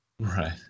Right